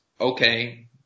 okay